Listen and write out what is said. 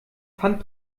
pfand